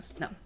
No